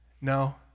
no